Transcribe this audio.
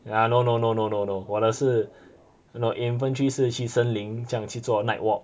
ah no no no no no 我的是 no infantry 是去森林这样去做 night walk